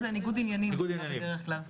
זה ניגוד עניינים בדרך כלל.